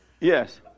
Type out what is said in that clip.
Yes